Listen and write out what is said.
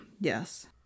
Yes